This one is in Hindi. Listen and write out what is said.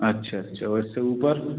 अच्छा अच्छा और इससे ऊपर